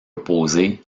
opposées